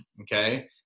okay